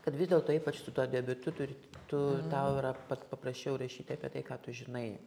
kad vis dėlto ypač su tuo debiutu turi tu tau yra pat paprasčiau rašyti apie tai ką tu žinai